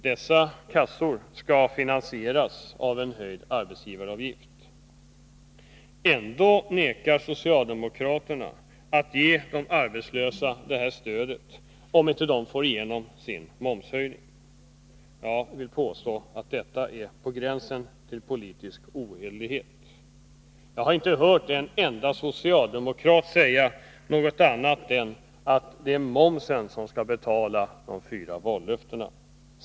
Det skall finansieras 49 med en höjd arbetsgivaravgift. Ändå vägrar socialdemokraterna att ge de arbetslösa detta stöd, om de inte får igenom momshöjningen. Jag vill påstå att detta är på gränsen till politisk ohederlighet. Jag har inte hört en enda socialdemokrat säga något annat än att det är med momsen man skall betala de fyra vallöftena.